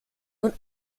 und